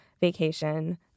vacation